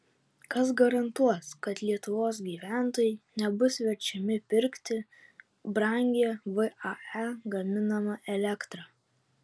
kas garantuos kad lietuvos gyventojai nebus verčiami pirkti brangią vae gaminamą elektrą